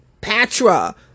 patra